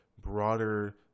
broader